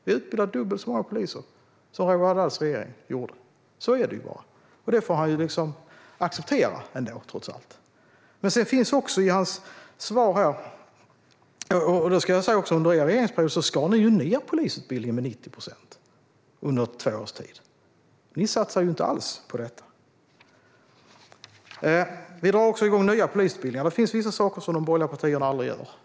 Vi utbildar dubbelt så många poliser som Roger Haddads regering gjorde. Så är det bara, och det får han trots allt acceptera. Under er regeringsperiod skar ni ned polisutbildningen med 90 procent under två års tid, Roger Haddad. Ni satsade inte alls på detta. Vi drar också igång nya polisutbildningar. Det finns vissa saker som de borgerliga partierna aldrig gör.